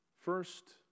First